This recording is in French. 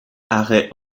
arrêt